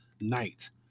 night